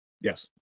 Yes